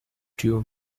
two